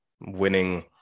winning